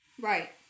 Right